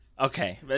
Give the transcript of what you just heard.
Okay